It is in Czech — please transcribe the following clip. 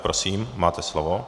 Prosím, máte slovo.